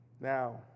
Now